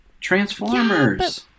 Transformers